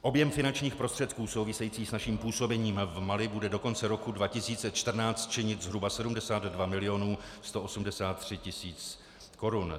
Objem finančních prostředků související s naším působením v Mali bude do konce roku 2014 činit zhruba 72 milionů 183 tisíc korun.